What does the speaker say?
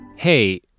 Hey